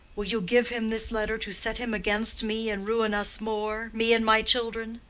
will you give him this letter to set him against me and ruin us more me and my children?